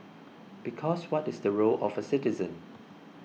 because what is the role of a citizen